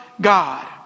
God